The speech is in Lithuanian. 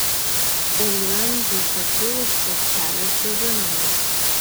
eliuentui pakilus plokštelės džiovinamos